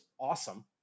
awesome